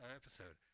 episode